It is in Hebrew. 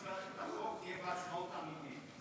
כשלא נצטרך את החוק יהיה יום העצמאות האמיתי.